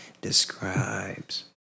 describes